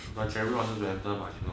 but I guarantee under marginal